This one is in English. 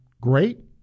great